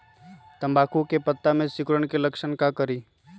तम्बाकू के पत्ता में सिकुड़न के लक्षण हई का करी?